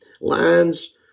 lines